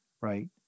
right